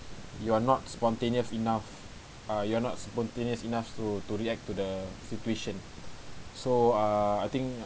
you are not spontaneous enough uh you are not spontaneous enough to to react to the situation so err I think